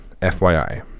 FYI